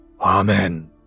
Amen